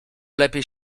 lepiej